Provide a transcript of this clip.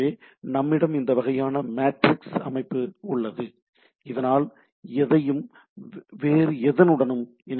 எனவே நம்மிடம் இந்த வகையான மேட்ரிக்ஸ் அமைப்பு உள்ளது இதனால் எதையும் வேறு எதனுடனும் இணைக்க முடியும்